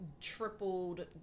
tripled